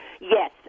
yes